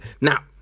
Now